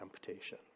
temptation